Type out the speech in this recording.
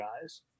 guys